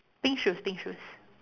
pink shoes pink shoes